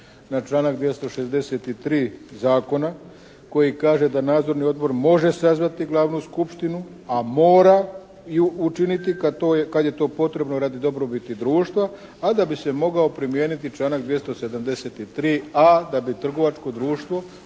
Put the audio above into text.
Na članak 263. Zakona koji kaže da Nadzorni odbor može sazvati glavnu skupštinu a mora ju učiniti kad je to potrebno radi dobrobiti društva a da bi se mogao primijeniti članak 273.a da bi trgovačko društvo